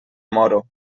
moro